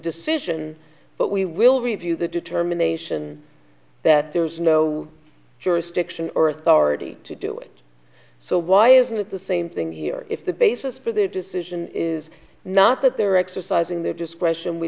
decision but we will review the determination that there's no jurisdiction or authority to do it so why isn't the same thing here if the basis for their decision is not that they're exercising their discretion we